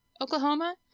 oklahoma